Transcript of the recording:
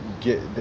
get